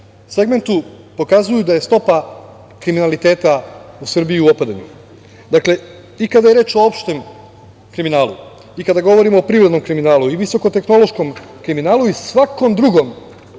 segmentu pokazuju da je stopa kriminaliteta u Srbiji u opadanju, dakle, i kada je reč o opštem kriminalu i kada govorimo o privrednom kriminalu i visokotehnološkom kriminalu i svakom drugom